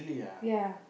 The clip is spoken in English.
ya